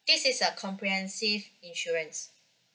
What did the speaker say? this is a comprehensive insurance